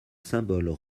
symboles